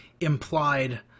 implied